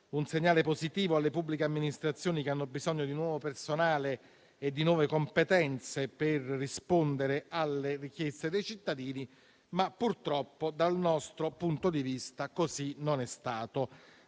un segnale positivo alle pubbliche amministrazioni, che hanno bisogno di nuovo personale e di nuove competenze per rispondere alle richieste dei cittadini, ma purtroppo, dal nostro punto di vista, così non è stato.